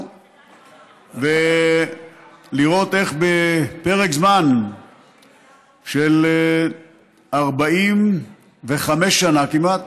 ולראות איך בפרק זמן של 45 שנה כמעט,